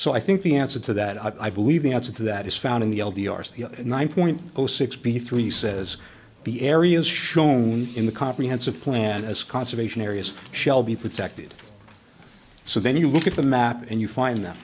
so i think the answer to that i believe the answer to that is found in the l d r's nine point zero six b three says the areas shown in the comprehensive plan as conservation areas shall be protected so then you look at the map and you find th